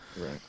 Right